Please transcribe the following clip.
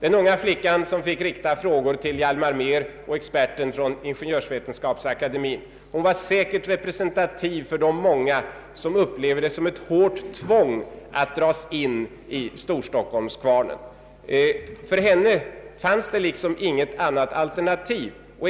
Den unga flicka som fick rikta frågor till Hjalmar Mehr och till experten från Ingeniörsvetenskapsakademien var säkert representativ för de många som upplever det som ett tvång att dras in i Storstockholmskvarnen. För henne fanns det inget annat alternativ.